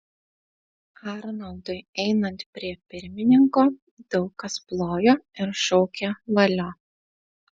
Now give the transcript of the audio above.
arnoldui einant prie pirmininko daug kas plojo ir šaukė valio